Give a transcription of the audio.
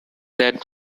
that